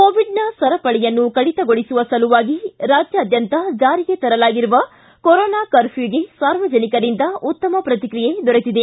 ಕೋವಿಡ್ನ ಸರಪಳಿಯನ್ನು ಕಡಿತಗೊಳಿಸುವ ಸಲುವಾಗಿ ರಾಜ್ಯಾದ್ಯಂತ ಜಾರಿಗೆ ತರಲಾಗಿರುವ ಕೊರೋನಾ ಕರ್ಮ್ಯಗೆ ಸಾರ್ವಜನಿಕರಿಂದ ಉತ್ತಮ ಪ್ರತಿಕಿಯೆ ದೊರೆತಿದೆ